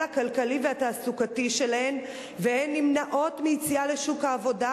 הכלכלי והתעסוקתי שלהן והן נמנעות מיציאה לשוק העבודה,